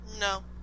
no